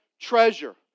Treasure